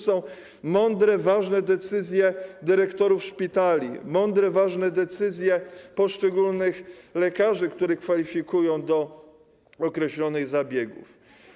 Są mądre, ważne decyzje dyrektorów szpitali, mądre, ważne decyzje poszczególnych lekarzy, którzy kwalifikują do określonych zabiegów.